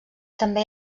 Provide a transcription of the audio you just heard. també